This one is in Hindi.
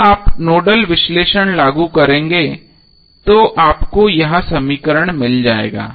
जब आप नोडल विश्लेषण लागू करेंगे तो आपको यह समीकरण मिल जाएगा